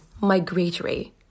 migratory